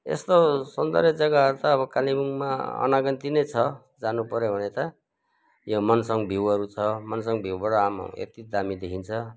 यस्तो सौन्दर्य जग्गाहरू त अब कालेबुङमा अनगन्ती नै छ जानु पऱ्यो भने त यो मनसङ भ्युहरू छ मनसङ भ्युबाट आमामा यति दामी देखिन्छ